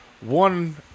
One